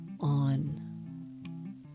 on